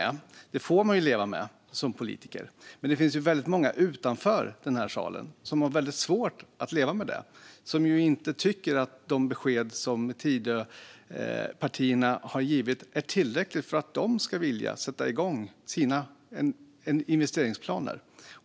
Det får man leva med som politiker, men det finns ju väldigt många utanför den här salen som har svårt att leva med det. De tycker inte att de besked som Tidöpartierna har givit är tillräckliga för att de ska vilja sätta igång sina investeringsplaner.